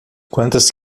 quantas